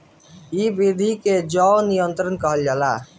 इ विधि के जैव नियंत्रण कहल जाला